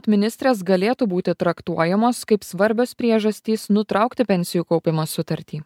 ministrės galėtų būti traktuojamos kaip svarbios priežastys nutraukti pensijų kaupimo sutartį